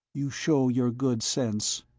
you show your good sense,